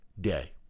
day